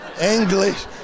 English